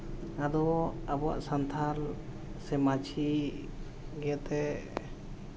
ᱟᱫᱚ ᱟᱵᱚᱣᱟᱜ ᱥᱟᱱᱛᱷᱟᱞ ᱥᱮ ᱢᱟᱹᱡᱷᱤ ᱤᱭᱟᱹᱛᱮ